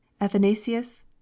athanasius